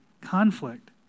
conflict